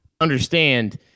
understand